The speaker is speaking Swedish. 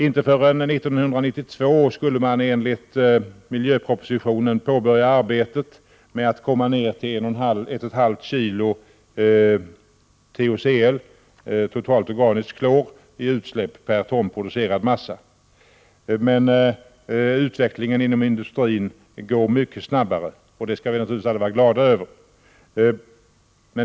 Inte förrän 1992 skulle man enligt miljöpropositionen påbörja arbetet med att komma ned till 1,5 kg TOCL, totalt organiskt klor, i utsläpp per ton producerad massa. Men utvecklingen inom industrin går mycket snabbare, och det skall vi naturligtvis alla vara glada över.